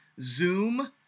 Zoom